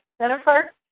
Jennifer